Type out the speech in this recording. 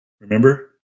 Remember